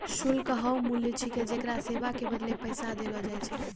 शुल्क हौअ मूल्य छिकै जेकरा सेवा के बदले पैसा देलो जाय छै